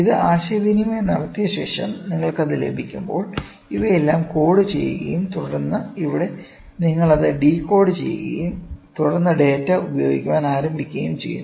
ഇത് ആശയവിനിമയം നടത്തിയ ശേഷം നിങ്ങൾക്കത് ലഭിക്കുമ്പോൾ ഇവയെല്ലാം കോഡ് ചെയ്യുകയും തുടർന്ന് ഇവിടെ നിങ്ങൾ അത് ഡീകോഡ് ചെയ്യുകയും തുടർന്ന് ഡാറ്റ ഉപയോഗിക്കാൻ ആരംഭിക്കുകയും ചെയ്യുന്നു